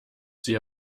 sie